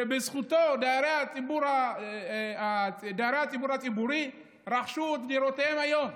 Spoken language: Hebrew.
בזכותו דיירי הדיור הציבורי רכשו את דירותיהם היום.